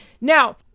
Now